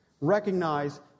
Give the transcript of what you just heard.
Recognize